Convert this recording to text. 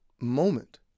moment